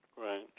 Right